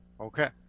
Okay